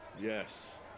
yes